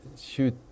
shoot